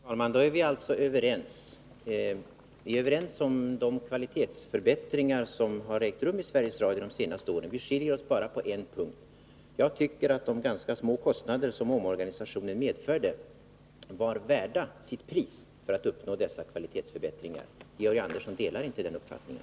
Herr talman! Då är vi alltså överens. Vi är överens om de kvalitetsförbättringar som har ägt rum i Sveriges Radio de senaste åren. Vi skiljer oss bara på en punkt: Jag tycker att de ganska små kostnader som omorganisationen medförde var värda att ta för att uppnå dessa kvalitetsförbättringar. Georg Andersson delar inte den uppfattningen.